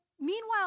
meanwhile